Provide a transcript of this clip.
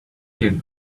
kid